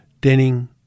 Denning